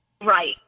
right